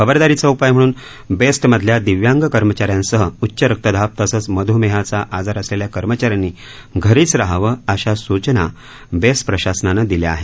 खबरदारीचा उपाय म्हणून बेस्टमधल्या दिव्यांग कर्मचाऱ्यांसह उच्च रक्तदाब तसंच मध्मेहाचा आजार असलेल्या कर्मचाऱ्यांनी घरीच राहावं अशा सूचना बेस्ट प्रशासनानं दिल्या आहेत